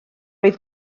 oedd